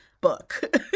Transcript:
book